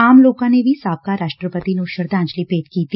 ਆਮ ਲੋਕਾਂ ਨੇ ਵੀ ਸਾਬਕਾ ਰਾਸਟਰਪਤੀ ਨੁੰ ਸ਼ਰਧਾਂਜਲੀ ਭੇਾਂਟ ਕੀਤੀ